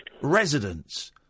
residents